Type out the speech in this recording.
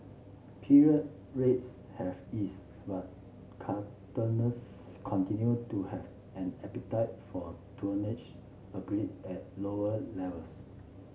period rates have eased but continued to have an appetite for tonnage albeit at lower levels